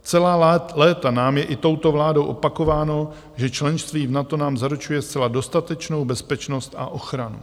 Celá léta nám je i touto vládou opakováno, že členství v NATO nám zaručuje zcela dostatečnou bezpečnost a ochranu.